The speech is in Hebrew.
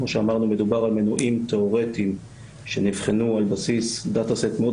כי כמו שאמרנו מדובר על מנועים תיאורטיים שנבחנו על בסיס דאטה-סט מאוד